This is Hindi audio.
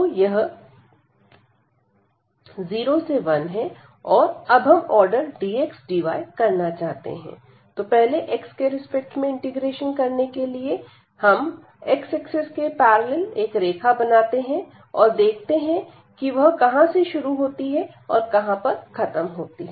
तो यह 0 से 1 है और अब हम ऑर्डर dx dy करना चाहते हैं तो पहले x के रिस्पेक्ट में इंटीग्रेशन करने के लिए हम x एक्सिस के पैरेलल एक रेखा बनानी होगी और देखना होगा कि वह कहां से शुरू होती है और कहां खत्म होती है